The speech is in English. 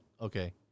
Okay